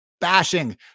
bashing